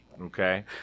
Okay